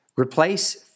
Replace